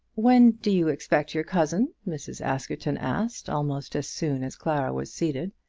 when do you expect your cousin? mrs. askerton asked, almost as soon as clara was seated.